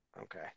Okay